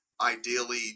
ideally